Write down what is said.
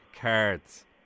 cards